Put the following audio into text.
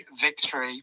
victory